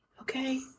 Okay